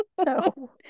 no